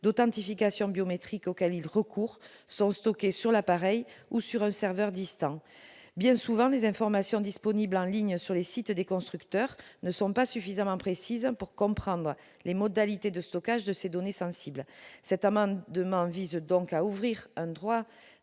d'authentification biométrique auxquelles il recourt sont stockées sur l'appareil ou sur un serveur distant. Bien souvent, les informations disponibles en ligne sur les sites des constructeurs ne sont pas suffisamment précises pour comprendre les modalités de stockage de ces données sensibles. Cet amendement vise donc à ouvrir un droit